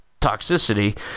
toxicity